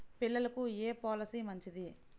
పిల్లలకు ఏ పొలసీ మంచిది?